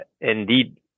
indeed